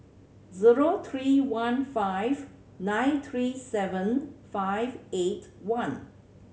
zero three one five nine three seven five eight one